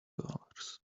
dollars